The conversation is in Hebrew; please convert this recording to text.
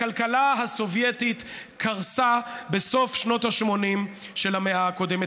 הכלכלה הסובייטית קרסה בסוף שנות ה-80 של המאה הקודמת.